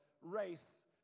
race